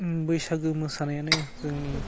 बैसागु मोसानायानो जोंनि